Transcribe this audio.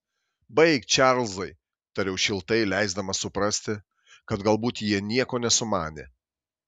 baik čarlzai tariau šiltai leisdamas suprasti kad galbūt jie nieko nesumanė